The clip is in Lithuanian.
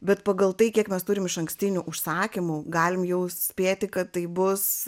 bet pagal tai kiek mes turim išankstinių užsakymų galim jau spėti kad tai bus